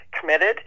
committed